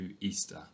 Easter